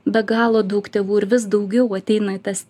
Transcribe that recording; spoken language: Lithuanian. be galo daug tėvų ir vis daugiau ateina į tas